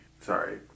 Sorry